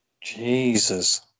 Jesus